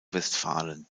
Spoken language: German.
westfalen